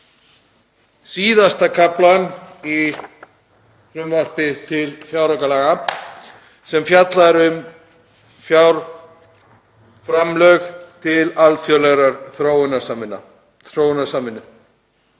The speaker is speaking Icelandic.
síðasta kaflann í frumvarpi til fjáraukalaga þar sem fjallað er um fjárframlög til alþjóðlegrar þróunarsamvinnu.